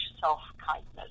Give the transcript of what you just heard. self-kindness